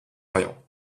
orient